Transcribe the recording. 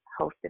hosted